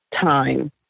time